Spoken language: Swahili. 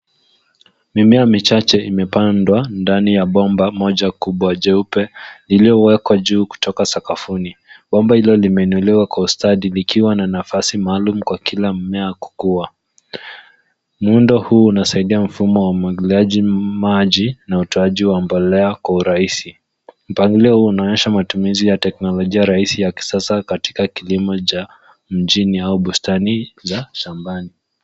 Mimea michache imepandwa ndani ya bomba moja kubwa jeupe lililowekwa juu kutoka sakafuni. Bomba hilo limeinuliwa kwa ustadi likiwa na nafasi maalum kwa kila mmea kukua. Muundo huu unasaidia mfumo wa umwagiliaji maji na utoaji wa mbolea kwa urahisi. Mpangilio huu unaonyesha matumizi ya teknolojia rahisi ya kisasa katika kilimo cha mjini au bustani za shambani.